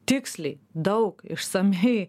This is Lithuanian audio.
tiksliai daug išsamiai